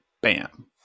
Bam